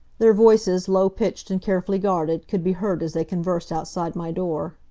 their voices, low-pitched and carefully guarded, could be heard as they conversed outside my door.